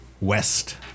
West